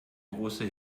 große